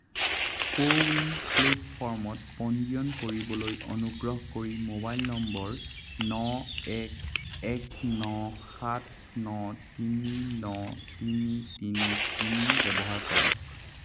কো win প্লে'টফৰ্মত পঞ্জীয়ন কৰিবলৈ অনুগ্ৰহ কৰি মোবাইল নম্বৰ ন এক এক ন সাত ন তিনি ন তিনি তিনি তিনি ব্যৱহাৰ কৰক